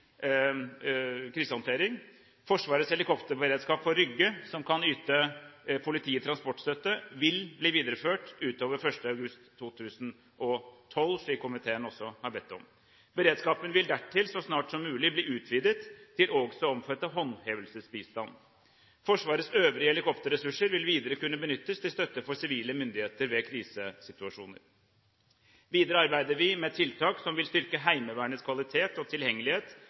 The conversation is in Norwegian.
krisehåndtering. Forsvarets helikopterberedskap på Rygge, som kan yte politiet transportstøtte, vil bli videreført utover 1. august 2012, slik komiteen også har bedt om. Beredskapen vil dertil så snart som mulig bli utvidet til også å omfatte håndhevelsesbistand. Forsvarets øvrige helikopterressurser vil videre kunne benyttes til støtte for sivile myndigheter ved krisesituasjoner. Videre arbeider vi med tiltak som vil styrke Heimevernets kvalitet og tilgjengelighet